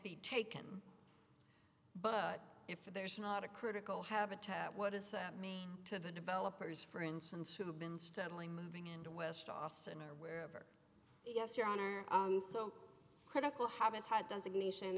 be taken but if there's not a critical habitat what does that mean to the developers for instance who have been steadily moving into west austin or wherever yes your honor so critical habits how does a nation